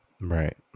Right